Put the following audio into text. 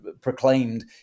proclaimed